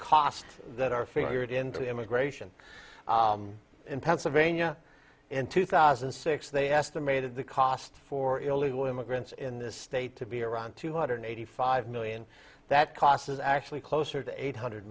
costs that are figured into the immigration in pennsylvania in two thousand and six they estimated the cost for illegal immigrants in this state to be around two hundred eighty five million that cost is actually closer to eight hundred